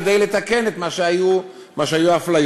כדי לתקן מה שהיו אפליות.